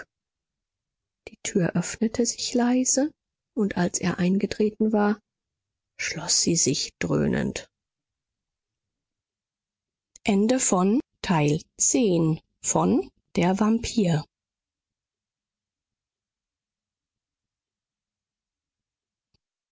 die tür öffnete sich leise und als er eingetreten war schloß sie sich dröhnend